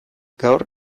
gaur